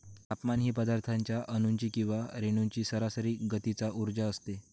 तापमान ही पदार्थाच्या अणूंची किंवा रेणूंची सरासरी गतीचा उर्जा असते